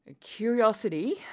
Curiosity